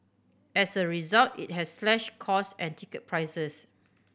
as a result it has slashed costs and ticket prices